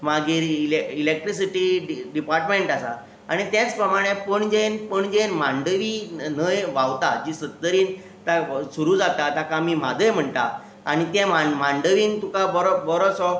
मागीर इले electricity department आसा आनी तेच प्रमाणें पणजेन पणजेन मांडवी न्हंय व्हांवता जी सत्तरींतल्यान सुरू जाता ताका आमी म्हादय म्हणटा आनी त्या म्हादय मांडवीन तुका बरो बरोसो एक